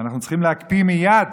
אנחנו צריכים להקפיא מייד